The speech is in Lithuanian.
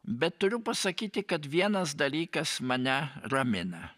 bet turiu pasakyti kad vienas dalykas mane ramina